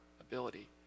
ability